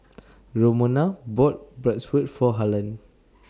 Romona bought Bratwurst For Harlan